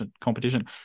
competition